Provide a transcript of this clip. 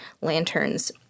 lanterns